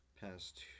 past